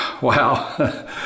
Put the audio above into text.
Wow